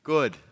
Good